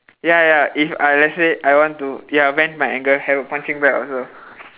ya ya if I let's say I want to ya vent my anger have a punching bag also